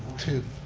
to,